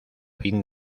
fin